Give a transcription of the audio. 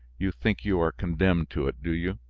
you think you are condemned to it, do you?